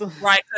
Right